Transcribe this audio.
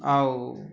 ଆଉ